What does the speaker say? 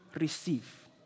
receive